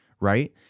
right